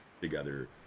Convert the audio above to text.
together